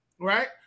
right